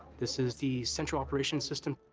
this is the central operations system.